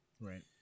Right